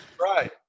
Right